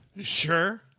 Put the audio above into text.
Sure